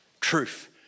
truth